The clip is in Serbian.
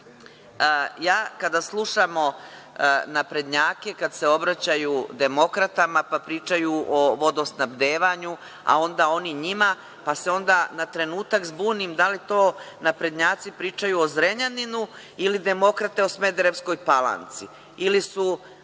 ja kada slušam naprednjake kada se obraćaju demokratama pa pričaju o vodosnabdevanju, a onda oni njima, pa se onda na trenutak zbunim da li to naprednjaci pričaju o Zrenjaninu ili demokrate o Smederevskoj Palanci